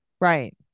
Right